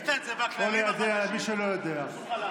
או ליידע את מי שלא יודע,